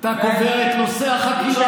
קודם כול, צריך לומר,